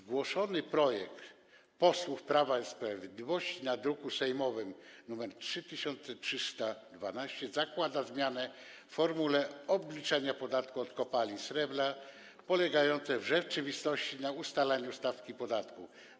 Zgłoszony projekt posłów Prawa i Sprawiedliwości, druk sejmowy nr 3312, zakłada zmianę w formule obliczania podatku od kopalin srebra polegającą w rzeczywistości na ustaleniu stawki podatku.